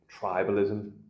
tribalism